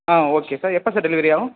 ஆ okay sir எப்போ sir delivery ஆகும்